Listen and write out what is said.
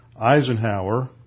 Eisenhower